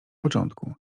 początku